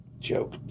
joke